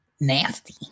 nasty